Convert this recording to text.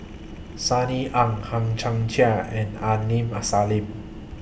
Sunny Ang Hang Chang Chieh and Aini Masalim